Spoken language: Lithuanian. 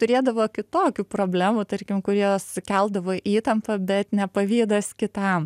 turėdavo kitokių problemų tarkim kurie sukeldavo įtampą bet ne pavydas kitam